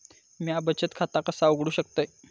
म्या बचत खाता कसा उघडू शकतय?